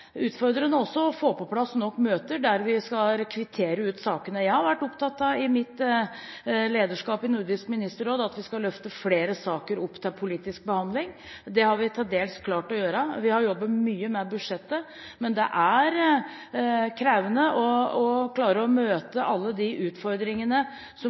også utfordrende å få på plass nok møter der vi skal kvittere ut sakene. Jeg har i mitt lederskap i Nordisk ministerråd vært opptatt av at vi skal løfte flere saker opp til politisk behandling. Det har vi til dels klart å gjøre. Vi har jobbet mye med budsjettet. Men det er krevende å møte alle de utfordringene som